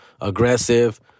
aggressive